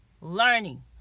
Learning